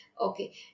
okay